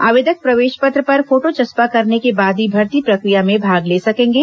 आवेदक प्रवेश पत्र पर फोटो चस्पा करने के बाद ही भर्ती प्रक्रिया में भाग ले सकेंगे